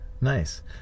Nice